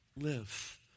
live